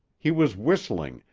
he was whistling,